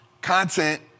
Content